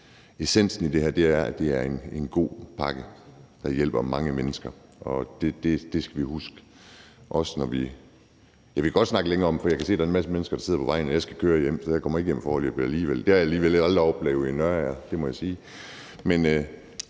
Essensen i det her, er, at det er en god pakke, der hjælper mange mennesker, og det skal vi også huske. Ja, vi kan godt snakke længe om det, for jeg kan se, at der er en masse mennesker, der sidder på vejene, og jeg skal køre hjem, så jeg kommer alligevel ikke hjem foreløbig. Det har jeg alligevel heller aldrig oplevet i Nørager, det må jeg sige.